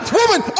woman